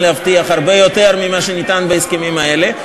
להבטיח הרבה יותר ממה שניתן בהסכמים האלה,